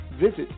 Visit